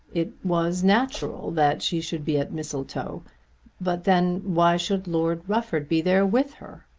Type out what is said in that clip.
it was natural that she should be at mistletoe but then why should lord rufford be there with her?